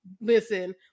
Listen